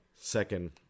second